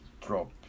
drop